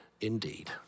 indeed